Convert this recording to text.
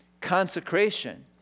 Consecration